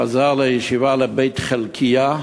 חזר לישיבה בבית-חלקיה,